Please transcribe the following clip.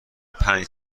پنج